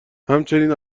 همچنین